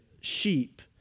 sheep